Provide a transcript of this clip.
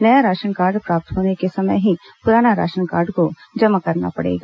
नया ration card प्राप्त होने के समय ही पुराना राशन कार्ड को जमा करना पड़ेगा